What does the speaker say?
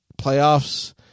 playoffs